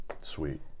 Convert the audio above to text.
sweet